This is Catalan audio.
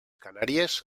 canàries